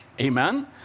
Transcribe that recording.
Amen